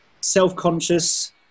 self-conscious